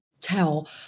tell